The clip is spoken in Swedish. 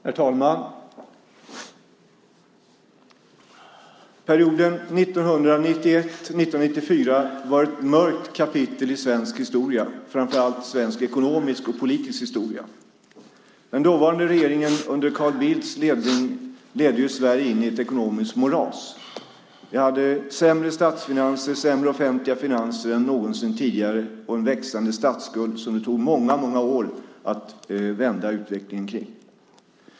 Herr talman! Perioden 1991-1994 var ett mörkt kapitel i svensk historia, framför allt i svensk ekonomisk och politisk historia. Den dåvarande regeringen under Carl Bildts ledning förde Sverige in i ett ekonomiskt moras. Vi hade sämre statsfinanser, sämre offentliga finanser, än någonsin tidigare och en växande statsskuld som det tog många år att vända utvecklingen av.